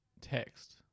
text